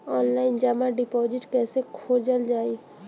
Online जमा deposit कैसे खोलल जाइ?